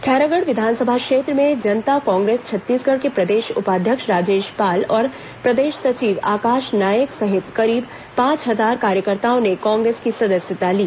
खैरागढ़ विधानसभा क्षेत्र में जनता कांग्रेस छत्तीसगढ़ के प्रदेश उपाध्यक्ष राजेश पाल और प्रदेश सचिव आकाश नायक सहित करीब पांच हजार कार्यकर्ताओं ने कांग्रेस की सदस्यता ली